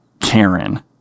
Karen